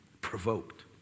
Provoked